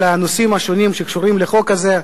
על הנושאים שקשורים לחוק הזה.